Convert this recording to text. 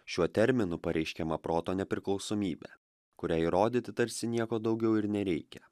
šiuo terminu pareiškiama proto nepriklausomybė kurią įrodyti tarsi nieko daugiau ir nereikia